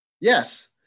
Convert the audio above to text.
Yes